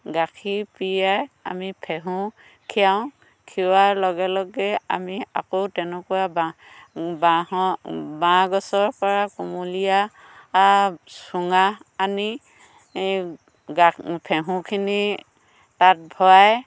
গাখীৰ পিয়াই আমি ফেহু খিৰাও খিৰোৱাৰ লগে লগে আমি আকৌ তেনেকুৱা বাঁহ বাঁহৰ বাঁহ গছৰ পৰা কুমলীয়া চুঙা আনি গা ফেহুখিনি তাত ভৰাই